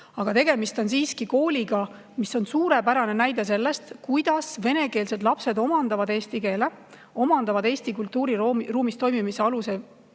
Aga tegemist on siiski kooliga, mis on suurepärane näide sellest, kuidas venekeelsed lapsed omandavad eesti keele, omandavad Eesti kultuuriruumis toimimise alused,